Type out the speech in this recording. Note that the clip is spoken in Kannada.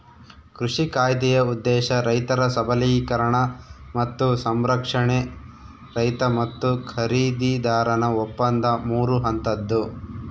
ಕೃಷಿ ಕಾಯ್ದೆಯ ಉದ್ದೇಶ ರೈತರ ಸಬಲೀಕರಣ ಮತ್ತು ಸಂರಕ್ಷಣೆ ರೈತ ಮತ್ತು ಖರೀದಿದಾರನ ಒಪ್ಪಂದ ಮೂರು ಹಂತದ್ದು